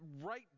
right